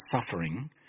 suffering